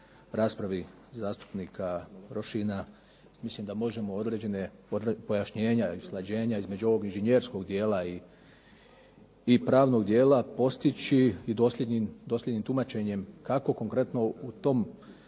raspravi zastupnika Rošina. Mislim da možemo određene, pojašnjenja i usklađenja između ovog inženjerskog dijela i pravnog dijela postići i dosljednim tumačenjem kako konkretno u tom